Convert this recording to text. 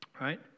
Right